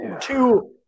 Two